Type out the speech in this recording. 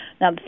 Now